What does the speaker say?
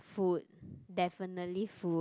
food definitely food